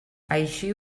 així